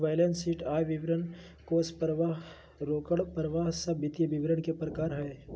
balance sheet, आय विवरण, कोष परवाह, रोकड़ परवाह सब वित्तीय विवरण के प्रकार हय